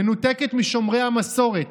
מנותקת משומרי המסורת,